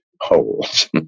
holes